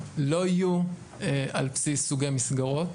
לא יהיו על בסיס סוגי המסגרות,